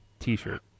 t-shirt